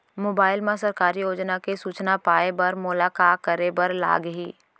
mobile मा सरकारी योजना के सूचना पाए बर मोला का करे बर लागही